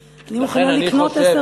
אני לא חייב לסגור את 30 הדקות,